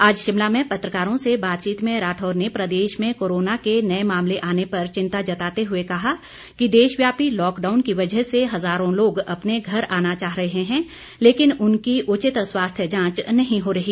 आज शिमला में पत्रकारों से बातचीत में राठौर ने प्रदेश में कोरोना के नए मामले आने पर चिंता जताते हुए कहा कि देशव्यापी लॉकडाउन की वजह से हज़ारों लोग अपने घर आना चाह रहे हैं लेकिन उनकी उचित स्वास्थ्य जांच नहीं हो रही